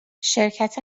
شرکت